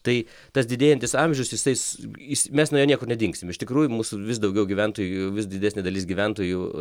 tai tas didėjantis amžius jisai jis mes nuo jo niekur nedingsim iš tikrųjų mūsų vis daugiau gyventojų vis didesnė dalis gyventojų